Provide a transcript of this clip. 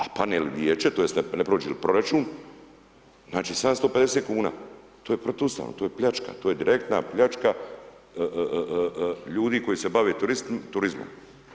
A padne li vijeće, tj. ne prođe li proračun znači 750 kuna, to je protuustavno, to je pljačka, to je direktna pljačka ljudi koji se bave turizmom.